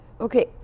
Okay